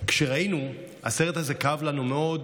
כשראינו, הסרט הזה כאב לנו מאוד,